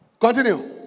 Continue